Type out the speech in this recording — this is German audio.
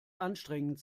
anstrengend